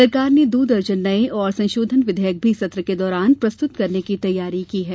सरकार ने दो दर्जन नये और संशोधन विधयक भी सत्र के दौरान प्रस्तुत करने की तैयारी की है